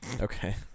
Okay